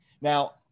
Now